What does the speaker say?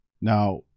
Now